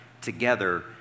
together